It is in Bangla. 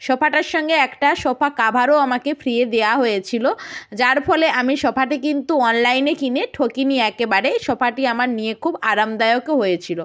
সোফাটার সঙ্গে একটা সোফা কাভারও আমাকে ফ্রিয়ে দেওয়া হয়েছিলো যার ফলে আমি সোফাটি কিন্তু অনলাইনে কিনে ঠগিনি একেবারেই সোফাটি আমার নিয়ে খুব আরামদায়কও হয়েছিলো